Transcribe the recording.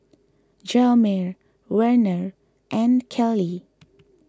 Hjalmer Werner and Kelley